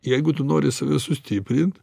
jeigu tu nori save sustiprint